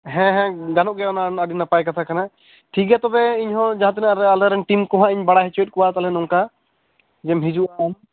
ᱦᱮᱸ ᱦᱮᱸ ᱜᱟᱱᱚᱜ ᱜᱮᱭᱟ ᱚᱱᱟ ᱢᱟ ᱟᱹᱰᱤ ᱱᱟᱯᱟᱭ ᱠᱟᱛᱷᱟ ᱠᱟᱱᱟᱴᱷᱤᱠ ᱜᱮᱭᱟ ᱛᱚᱵᱮ ᱤᱧᱦᱚ ᱡᱟᱦᱟᱛᱤᱱᱟᱹ ᱟᱞᱮᱨᱮᱱ ᱴᱤᱢ ᱠᱚᱦᱚᱧ ᱵᱟᱲᱟᱭ ᱦᱚᱪᱚᱮᱫ ᱠᱚᱣᱟ ᱡᱮᱢ ᱦᱤᱡᱩᱜᱼᱟ